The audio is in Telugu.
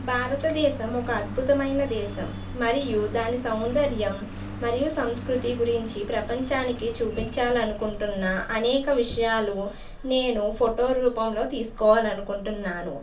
భారతదేశం ఒక అద్భుతమైన దేశం మరియు దాన్ని సౌందర్యం మరియు సంస్కృతి గురించి ప్రపంచానికి చుపించాలనుకుంటున్న అనేక విషయాలు నేను ఫోటో రూపంలో తీయాలని అకుంటున్నాను